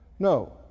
No